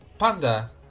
Panda